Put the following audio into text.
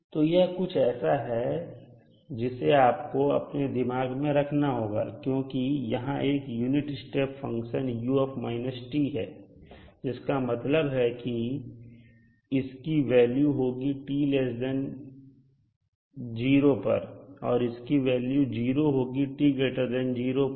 तो यह कुछ ऐसा है जिसे आपको अपने दिमाग में रखना होगा क्योंकि यहां एक यूनिट स्टेप फंक्शन है जिसका मतलब है कि इसकी वैल्यू होगी t0 पर और इसकी वैल्यू 0 होगी t0 पर